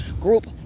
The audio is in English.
group